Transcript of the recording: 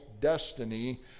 destiny